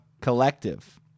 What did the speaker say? Collective